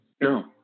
No